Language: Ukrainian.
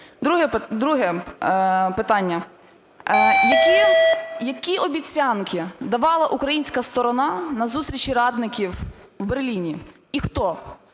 Друге питання. Які обіцянки давала українська сторона на зустрічі радників у Берліні і хто?